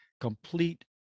complete